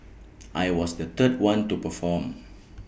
I was the third one to perform